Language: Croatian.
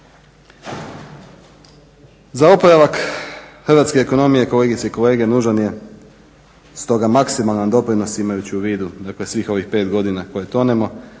Za oporavak hrvatske ekonomije kolegice i kolege nužan je stoga maksimalan doprinos imajući u vidu svih ovih 5 godina koje tonemo,